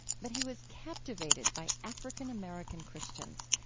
but he was captivated by african-american christians,